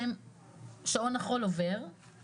בעצם שעון החול מתקתק